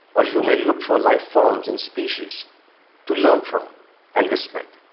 or you may look for life-forms and species to learn from and respect.